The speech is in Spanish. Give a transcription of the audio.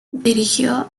dirigió